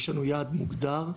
יש לנו יעד מוגדר,